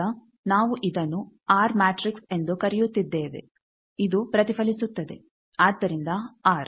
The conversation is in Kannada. ಈಗ ನಾವು ಇದನ್ನು ಆರ್ ಮ್ಯಾಟ್ರಿಕ್ಸ್ ಎಂದು ಕರೆಯುತ್ತಿದ್ದೇವೆ ಇದು ಪ್ರತಿಫಲಿಸುತ್ತದೆ ಆದ್ದರಿಂದ ಆರ್